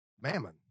Mammon